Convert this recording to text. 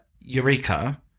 eureka